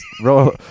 Roll